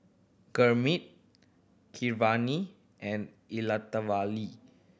Gurmeet Keeravani and Elattuvalali